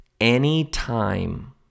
Anytime